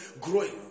growing